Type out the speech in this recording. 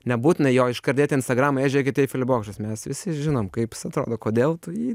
nebūtina jo iškart dėti į instagramą ei žiūrėkit eifelio bokštas mes visi žinom kaip jis atrodo kodėl tu jį